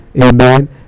amen